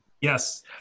Yes